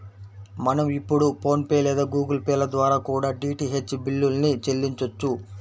మనం ఇప్పుడు PhonePe లేదా గుగుల్ పే ల ద్వారా కూడా డీటీహెచ్ బిల్లుల్ని చెల్లించొచ్చు